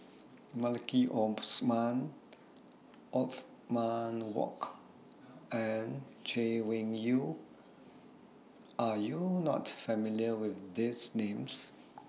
Maliki Osman Othman Wok and Chay Weng Yew Are YOU not familiar with These Names